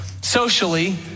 socially